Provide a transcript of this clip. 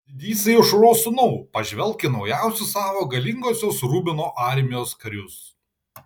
didysai aušros sūnau pažvelk į naujausius savo galingosios rubino armijos karius